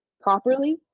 properly